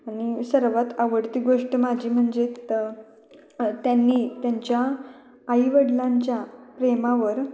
आणि सर्वात आवडती गोष्ट माझी म्हणजे त त्यांनी त्यांच्या आईवडिलांच्या प्रेमावर